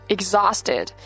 Exhausted